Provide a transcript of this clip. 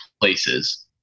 places